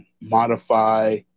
modify